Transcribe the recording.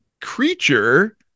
creature